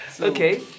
Okay